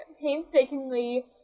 painstakingly